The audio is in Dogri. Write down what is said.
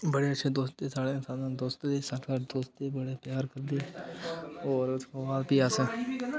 बड़ी अच्छी दोस्ती ही साढ़ी साढ़े दोस्त बी साढ़े ने दोस्त बी बड़े प्यार करदे हे होर उत्थुआं बाद भी अस